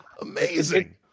amazing